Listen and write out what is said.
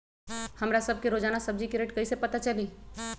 हमरा सब के रोजान सब्जी के रेट कईसे पता चली?